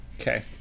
Okay